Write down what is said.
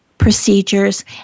Procedures